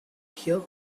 here